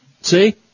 See